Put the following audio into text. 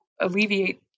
alleviate